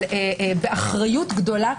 אבל באחריות גדולה,